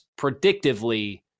predictively